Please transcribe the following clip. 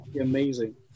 amazing